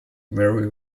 very